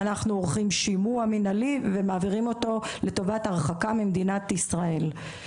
אנחנו עורכים שימוע מינהלי ומעבירים אותו לטובת הרחקה ממדינת ישראל.